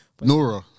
Nora